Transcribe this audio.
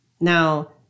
Now